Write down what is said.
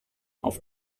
auf